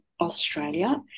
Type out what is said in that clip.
Australia